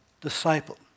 disciple